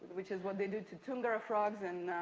which is what they do to tungara frogs in